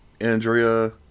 Andrea